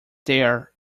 there